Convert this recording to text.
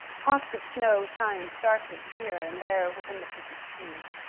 pocks of snow shined darkly here and there within the pits of trees.